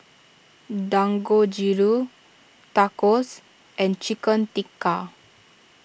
Dangojiru Tacos and Chicken Tikka